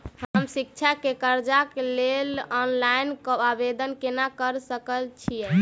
हम शिक्षा केँ कर्जा केँ लेल ऑनलाइन आवेदन केना करऽ सकल छीयै?